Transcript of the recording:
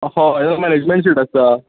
हय तुका management seat आसता